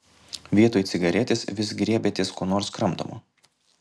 vietoj cigaretės vis griebiatės ko nors kramtomo